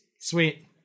Sweet